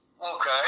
Okay